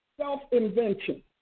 self-invention